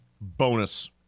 bonus